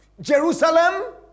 Jerusalem